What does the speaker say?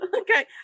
Okay